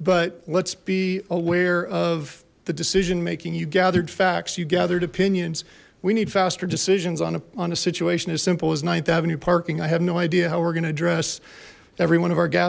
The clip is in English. but let's be aware of the decision making you gathered facts you gathered opinions we need faster decisions on on a situation as simple as ninth avenue parking i have no idea how we're gonna address every one of our gas